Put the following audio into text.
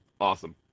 awesome